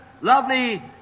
lovely